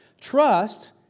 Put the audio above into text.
Trust